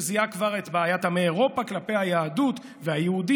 שזיהה כבר את בעיית עמי אירופה כלפי היהדות והיהודים,